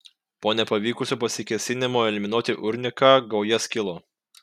po nepavykusio pasikėsinimo eliminuoti urniką gauja skilo